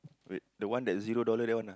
wait that one that zero dollars that one lah